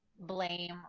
blame